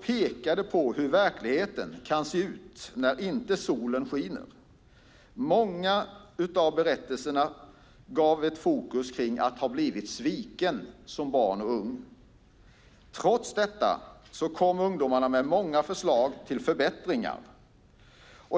pekade på hur verkligheten också kan se ut när solen inte skiner. Många av berättelserna gav ett fokus på att ha blivit sviken som barn och ung. Trots detta kom ungdomarna med många förslag till förbättringar.